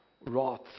wrath